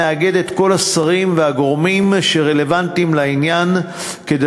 הוא מאגד את כל השרים והגורמים הרלוונטיים לעניין כדי